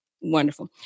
Wonderful